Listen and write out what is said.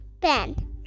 Ben